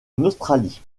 australie